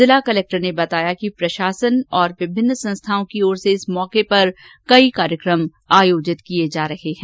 जिला कलेक्टर ने बताया कि प्रशासन और विभिन्न संस्थाओं की ओर से इस मौके पर कई कार्यक्रम आयोजित किए जा रहे हैं